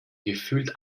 gefühlt